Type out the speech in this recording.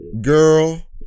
girl